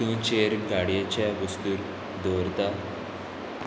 तूं चेर गाडयेच्या वस्तूंत दवरता